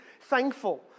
thankful